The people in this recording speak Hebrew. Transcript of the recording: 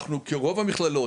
כרוב המכללות,